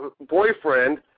boyfriend